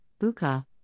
Buka